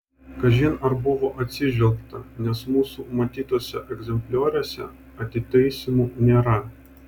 kažin ar buvo atsižvelgta nes mūsų matytuose egzemplioriuose atitaisymų nėra